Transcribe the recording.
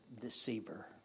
deceiver